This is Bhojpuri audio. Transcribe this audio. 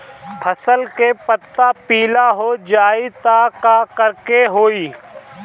फसल के पत्ता पीला हो जाई त का करेके होई?